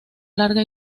larga